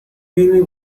really